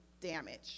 damage